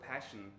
passion